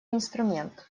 инструмент